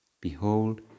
Behold